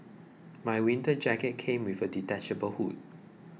my winter jacket came with a detachable hood